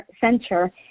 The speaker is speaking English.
center